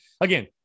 again